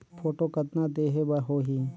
Photo कतना देहें बर होहि?